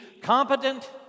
competent